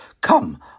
Come